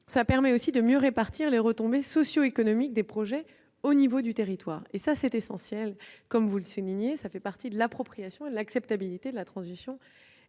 cela permet de mieux répartir les retombées socio-économiques des projets au niveau du territoire, ce qui est également essentiel ; comme vous le soulignez, cela fait partie de l'appropriation et de l'acceptabilité de la transition énergétique.